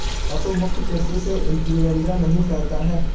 पशु मुक्त कृषि से इंफ्लूएंजा नहीं फैलता है